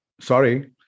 sorry